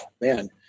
man